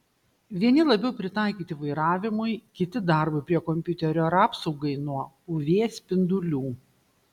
vieni labiau pritaikyti vairavimui kiti darbui prie kompiuterio ar apsaugai nuo uv spindulių